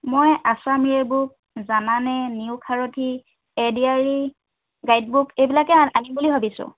মই Assam year book জানানে নিয়োগ সাৰথি A D R E guide book এইবিলাকেই আনিম বুলি ভাবিছোঁ